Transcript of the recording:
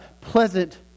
pleasant